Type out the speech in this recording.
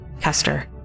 Kester